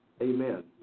Amen